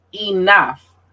enough